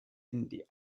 india